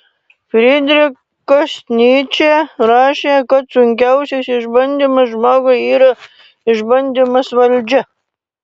frydrichas nyčė rašė kad sunkiausias išbandymas žmogui yra išbandymas valdžia